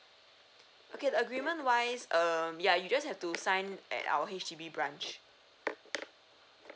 okay the agreement wise um yeah you just have to sign at our H_D_B branch